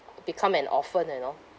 become an orphan you know